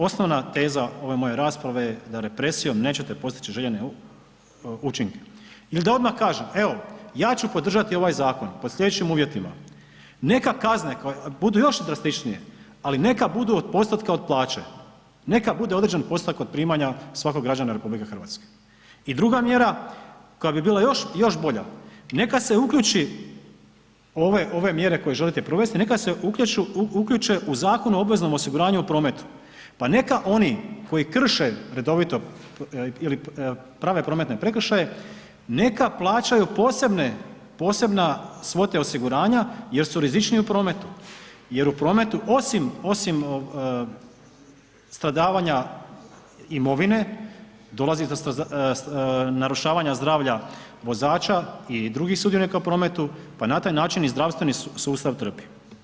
Osnovna teza ove moje rasprave je da represijom nećete postići željene učinke ili da odmah kažem, evo ja ću podržati ovaj zakon pod slijedećim uvjetima, neka kazne budu još drastičnije, ali neka budu od postotka od plaće, neka bude određen postotak od primanja svakog građana RH i druga mjera koja bi bila još bolja, neka se uključi, ove mjere koje želite provesti, neka se uključe u Zakon o obveznom osiguranju u prometu, pa neka oni koji krše redovito ili prave prometne prekršaje, neka plaćaju posebne svote osiguranja jer su rizičniji u prometu jer u prometu osim stradavanja imovine, dolazi do narušavanja zdravlja vozača i drugih sudionika u prometu, pa na taj način i zdravstveni sustav trpi.